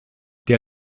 der